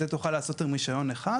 את זה תוכל לעשות עם רישיון אחד.